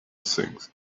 things